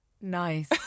nice